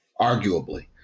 arguably